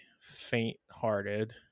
faint-hearted